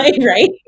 right